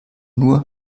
nur